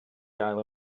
gael